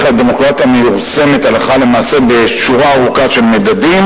הדמוקרטיה מיושמת הלכה למעשה בשורה ארוכה של מדדים.